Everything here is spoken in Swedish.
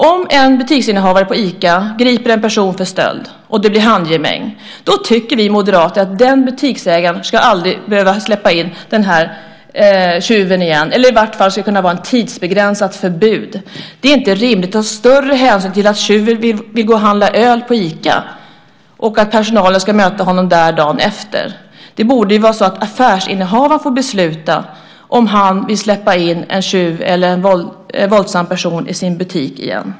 Om en butiksinnehavare i Ica griper en person för stöld och det blir handgemäng tycker vi moderater att den butiksägaren aldrig ska behöva släppa in den tjuven igen. I vart fall ska det kunna vara ett tidsbegränsat förbud. Det är inte rimligt att ta större hänsyn till att tjuven vill gå och handla öl på Ica och att personalen då ska möta honom där dagen efter. Affärsinnehavaren borde få besluta om han vill släppa in en tjuv eller en våldsam person i sin butik igen.